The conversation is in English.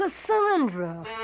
Cassandra